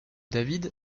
david